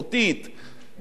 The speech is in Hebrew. גם כלפי הממשלה,